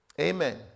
Amen